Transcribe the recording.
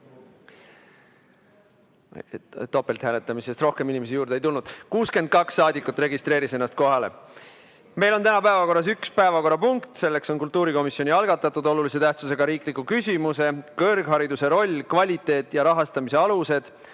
Topelthääletamisest rohkem inimesi juurde ei tulnud. 62 saadikut registreeris ennast kohale. Meil on täna päevakorras üks päevakorrapunkt. Selleks on kultuurikomisjoni algatatud olulise tähtsusega riikliku küsimuse "Kõrghariduse roll, kvaliteet ja rahastamise alused"